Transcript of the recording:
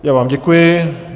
Já vám děkuji.